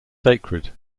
sacred